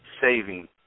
saving